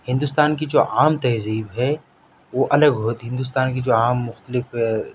ہندوستان کی جو عام تہذیب ہے وہ الگ ہندوستان کی جو عام مختلف